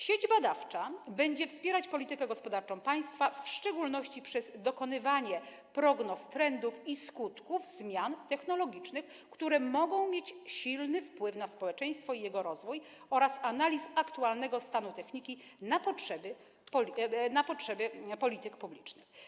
Sieć badawcza będzie wspierać politykę gospodarczą państwa, w szczególności przez dokonywanie prognoz trendów i skutków zmian technologicznych, które mogą mieć silny wpływ na społeczeństwo i jego rozwój, oraz analiz aktualnego stanu techniki na potrzeby polityk publicznych.